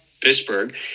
pittsburgh